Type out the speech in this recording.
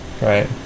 right